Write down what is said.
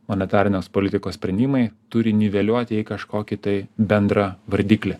monetarinės politikos sprendimai turi niveliuoti į kažkokį tai bendrą vardiklį